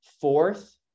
fourth